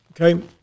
okay